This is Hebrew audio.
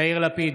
יאיר לפיד,